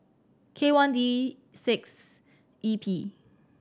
K one D six E P